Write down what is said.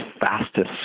fastest